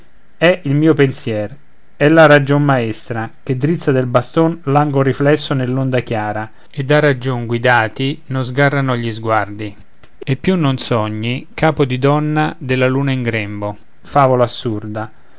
è il mio pensier è la ragion maestra che drizza del baston l'angol riflesso nell'onda chiara e da ragion guidati non sgarrano gli sguardi e più non sogni capo di donna della luna in grembo